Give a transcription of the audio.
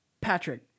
Patrick